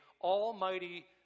Almighty